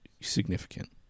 Significant